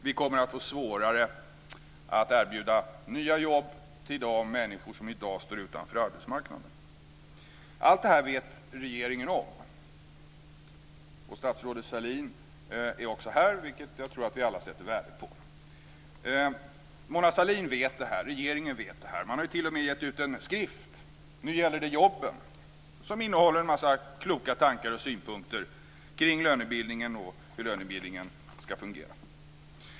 Vi kommer att få svårare att erbjuda nya jobb till de människor som i dag står utanför arbetsmarknaden. Allt detta vet regeringen om. Statsrådet Sahlin är här, vilket jag tror att vi alla sätter värde på. Mona Sahlin vet om detta, och regeringen vet om det. Man har t.o.m. gett ut en skrift, Nu gäller det jobben - lönebildningen i Sverige inför ett avgörande prov, som innehåller en massa kloka tankar och synpunkter kring lönebildningen och hur den ska fungera.